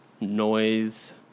noise